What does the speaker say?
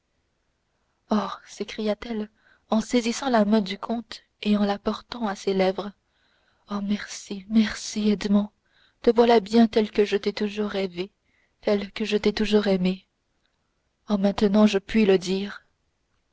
s'écria-t-elle en saisissant la main du comte et en la portant à ses lèvres oh merci merci edmond te voilà bien tel que je t'ai toujours rêvé tel que je t'ai toujours aimé oh maintenant je puis le dire